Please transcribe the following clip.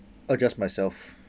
uh just myself